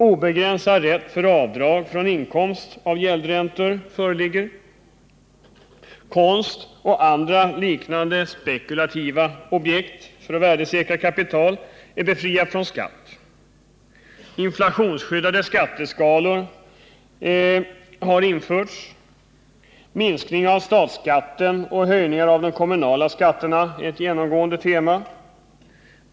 Obegränsad rätt för avdrag från inkomst av gäldräntor föreligger. Konst och andra liknande spekulativa objekt för att värdesäkra kapital är befriade från skatt. Inflationsskyddade skatteskalor har införts. Minskning av statsskatten och höjningar av de kommunala skatterna är ett genomgående tema.